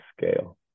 scale